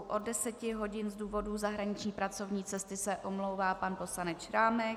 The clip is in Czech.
Od 10 hodin z důvodu zahraniční pracovní cesty se omlouvá pan poslanec Šrámek.